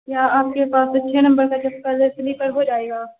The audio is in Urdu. کیا آپ کے پاس چھ نمبر کا چپل ہے سلیپر ہو جائے گا